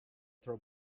throw